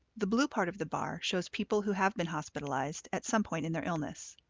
the blue part of the bar shows people who have been hospitalized at some point in their illness.